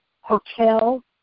hotel